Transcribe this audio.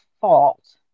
fault